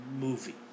movie